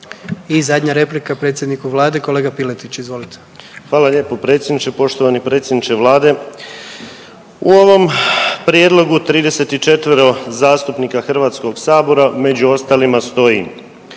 I zadnja replika predsjedniku vlade, kolega Piletić, izvolite. **Piletić, Marin (HDZ)** Hvala lijepa predsjedniče. Poštovani predsjedniče vlade, u ovom prijedlogu 34 zastupnika Hrvatskoga sabora, među ostalima stoji,